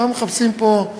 לא מחפשים פה,